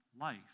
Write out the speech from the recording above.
life